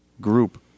group